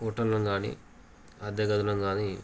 హోటళ్ళను కానీ అద్దె గదులను కానీ